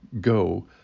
go